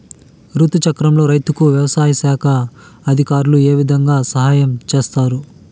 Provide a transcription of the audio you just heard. రుతు చక్రంలో రైతుకు వ్యవసాయ శాఖ అధికారులు ఏ విధంగా సహాయం చేస్తారు?